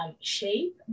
shape